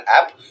app